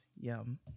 Yum